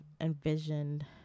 envisioned